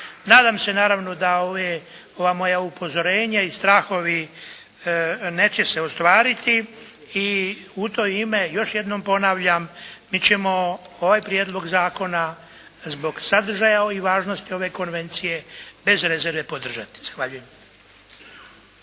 Nadam se naravno da ove, ova moja upozorenja i strahovi neće se ostvariti i u to ime još jednom ponavljam mi ćemo ovaj Prijedlog zakona zbog sadržaja ovih važnosti ove Konvencije bez rezerve podržati.